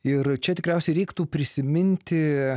ir čia tikriausiai reiktų prisiminti